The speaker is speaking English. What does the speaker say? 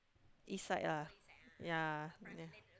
east side lah ya